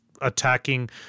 attacking